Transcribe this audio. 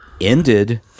ended